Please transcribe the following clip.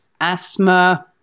asthma